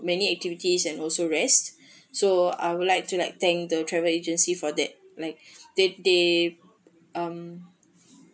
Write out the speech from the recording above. many activities and also rest so I would like to like thank the travel agency for that like that they um